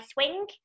swing